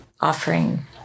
offering